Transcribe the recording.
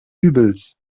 übels